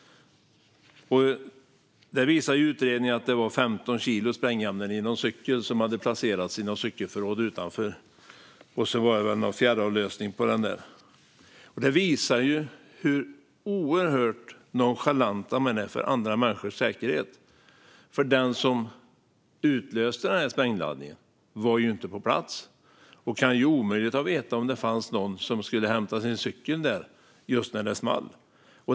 Där visade utredningen att det var 15 kilo sprängämnen i en cykel som hade placerats i något cykelförråd utanför, och sedan var det en fjärrutlösning på det. Det visar hur oerhört nonchalanta de är för andra människors säkerhet. Den som utlöste sprängladdningen var ju inte på plats och kan omöjligt ha vetat om det fanns någon som skulle hämta sin cykel där just när det small.